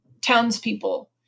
townspeople